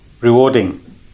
rewarding